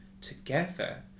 together